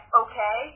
okay